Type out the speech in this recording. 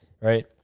right